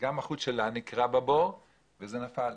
וגם החוט שלה נקרע והכד נפל.